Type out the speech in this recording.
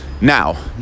Now